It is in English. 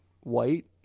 white